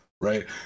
right